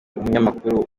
umunyamakuru